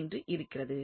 என்று இருக்கிறது